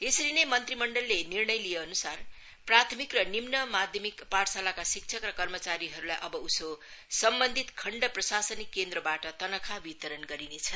यसरी नै मंत्रीमण्डलको निर्णयअन्सार प्राथमिक र निम्न माध्यमिक पाठशालाका शिक्षकहरू र कर्मचारीहरूलाई सम्बन्धित खण्ड प्रशासनिक केन्द्रबाट अबउसो तनखा वितरण गरिनेछ